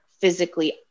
physically